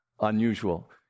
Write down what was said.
unusual